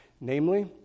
Namely